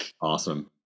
Awesome